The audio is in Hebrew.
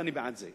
ואני בעד זה,